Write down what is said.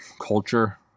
culture